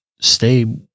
stay